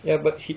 ya but